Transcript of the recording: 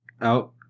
out